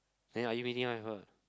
then are you meeting up with her